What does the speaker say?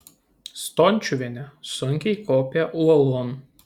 stončiuvienė sunkiai kopė uolon